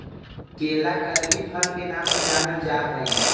केला कदली फल के नाम से जानल जा हइ